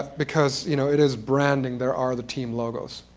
because you know it is branding, there are the team logos